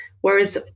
whereas